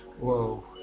whoa